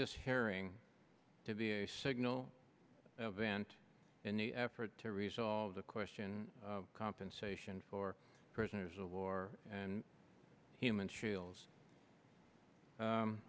this hearing to be a signal event in the effort to resolve the question of compensation for prisoners of war and human shields